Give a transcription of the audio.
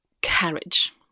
Carriage